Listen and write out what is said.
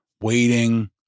Waiting